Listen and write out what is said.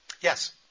Yes